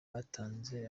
batanze